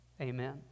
amen